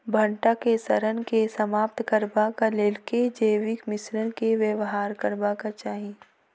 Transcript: भंटा केँ सड़न केँ समाप्त करबाक लेल केँ जैविक मिश्रण केँ व्यवहार करबाक चाहि?